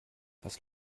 was